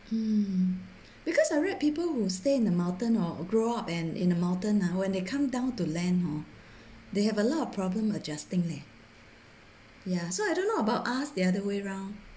mm because I read people who stay in the mountain or grow up and in a mountain ah when they come down to land hor they have a lot of problem adjusting leh ya so I don't know about us the other way round